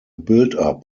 buildup